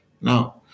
Now